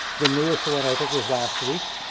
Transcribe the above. the newest one i think was last week,